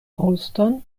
bruston